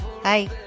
Hi